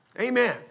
Amen